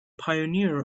pioneer